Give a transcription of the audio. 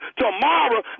tomorrow